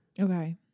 Okay